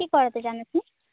কি করাতে চান আপনি